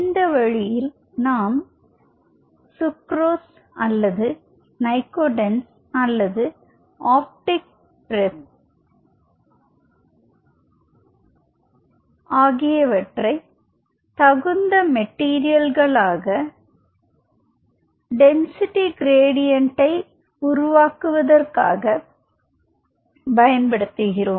இந்த வழிமுறையில் நாம் சுக்ரோஸ் அல்லது நைகோடேன்ஸ் அல்லது ஆப்டிக் பிரெப் ஆகியவற்றை தகுந்த மெட்டீரியல்களாக அல்லது டென்சிட்டி க்ராடியென்ட் உருவாக்குவதற்காக பயன்படுத்துகிறோம்